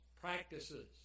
practices